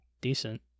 decent